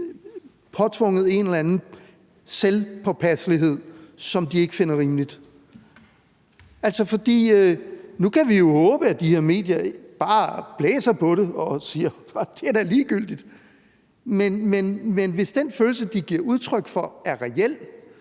påtvunget en eller anden selvpåpasselighed, som de ikke finder rimelig? Nu kan vi jo håbe, at de her medier bare blæser på det og siger, at det da er ligegyldigt, men hvis den følelse, de giver udtryk for, er reel,